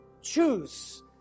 Choose